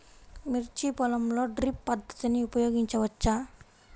మిర్చి పొలంలో డ్రిప్ పద్ధతిని ఉపయోగించవచ్చా?